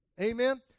Amen